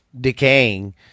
decaying